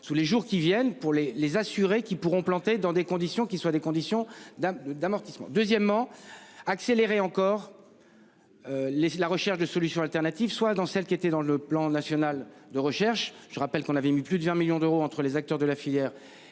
sous les jours qui viennent pour les les assurés qui pourront planté dans des conditions qui soient des conditions d'un d'amortissement, deuxièmement accélérer encore. Les, la recherche de solutions alternatives soit dans celles qui étaient dans le plan national de recherche. Je rappelle qu'on avait mis plus de 20 millions d'euros entre les acteurs de la filière et